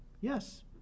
Yes